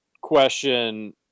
question